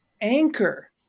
anchor